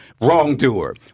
wrongdoer